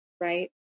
right